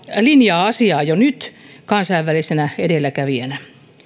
linjaa asiaa jo nyt kansainvälisenä edelläkävijänä